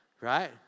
right